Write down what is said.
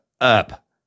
up